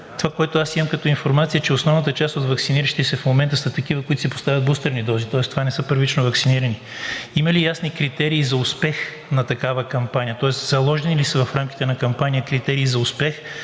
това, което имам като информация, е, че основата част от ваксиниращи се в момента са такива, които си поставят бустерни дози. Тоест това не са първично ваксинирани. Има ли ясни критерии за успех на такава кампания, тоест заложени ли са в рамките на кампанията критерии за успех?